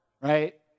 right